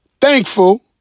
thankful